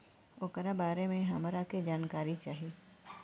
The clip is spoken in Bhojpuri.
ओकरा बारे मे हमरा के जानकारी चाही?